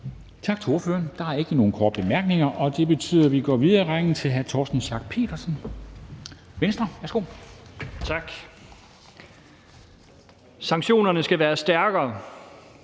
Tak til ordføreren. Der er ikke nogen korte bemærkninger, og det betyder, at vi går videre i rækken til hr. Torsten Schack Pedersen, Venstre. Værsgo. Kl. 13:24 (Ordfører) Torsten